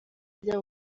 ajya